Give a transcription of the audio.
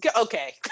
Okay